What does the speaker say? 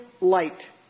light